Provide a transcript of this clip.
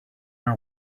our